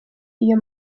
iyo